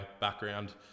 background